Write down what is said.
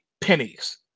pennies